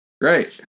Right